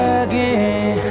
again